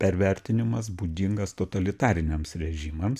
pervertinimas būdingas totalitariniams režimams